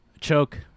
Choke